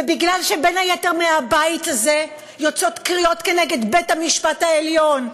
ובגלל שבין היתר מהבית הזה יוצאות קריאות כנגד בית-המשפט העליון,